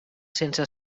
sense